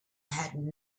had